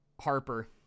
harper